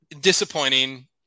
Disappointing